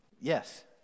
Yes